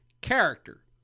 character